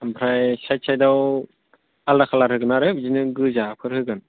ओमफ्राय साइद साइदाव आलदा कालार होगोन आरो बिदिनो गोजाफोर होगोन